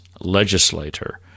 legislator